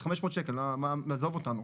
זה חמש מאות שקל, תעזוב אותנו".